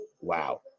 Wow